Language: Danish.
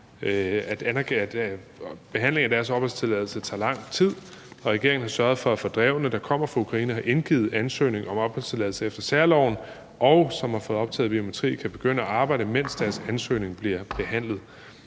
personer fra Ukraine tager lang tid, men regeringen har sørget for, at fordrevne, der kommer fra Ukraine og har indgivet ansøgning om opholdstilladelse efter særloven, og som har fået optaget biometri, kan begynde at arbejde, mens deres ansøgning bliver behandlet.